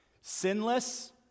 sinless